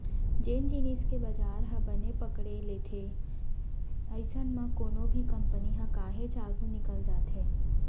जेन जिनिस के बजार ह बने पकड़े लेथे अइसन म कोनो भी कंपनी ह काहेच आघू निकल जाथे